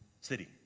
city